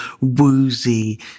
woozy